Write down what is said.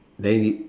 then it